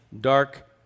dark